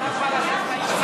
עד שלא יהיה שקט,